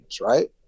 right